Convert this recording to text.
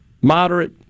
moderate